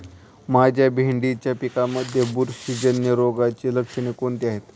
माझ्या भेंडीच्या पिकामध्ये बुरशीजन्य रोगाची लक्षणे कोणती आहेत?